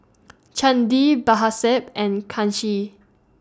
Chandi and Kanshi